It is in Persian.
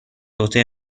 عهده